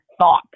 thought